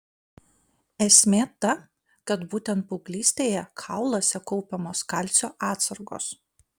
esmė ta kad būtent paauglystėje kauluose kaupiamos kalcio atsargos